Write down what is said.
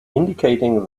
indicating